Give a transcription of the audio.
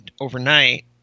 overnight